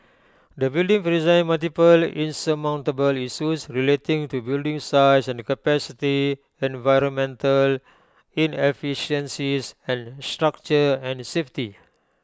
the building presents multiple insurmountable issues relating to building size and capacity the environmental inefficiencies and structure and safety